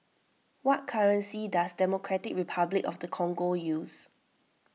what currency does Democratic Republic of the Congo use